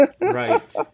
Right